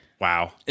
Wow